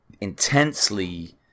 intensely